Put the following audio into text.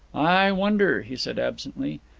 i wonder, he said absently.